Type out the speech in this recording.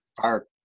fire